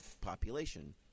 population